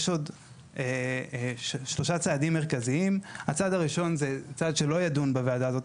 יש עוד שלושה צעדים מרכזיים: הצעד הראשון זה צעד שלא ידון בוועדה הזאת.